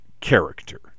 character